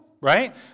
right